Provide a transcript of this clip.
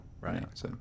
right